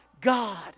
God